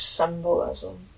Symbolism